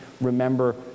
remember